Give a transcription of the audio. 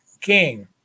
King